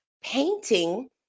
painting